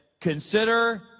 consider